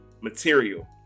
material